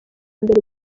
mbere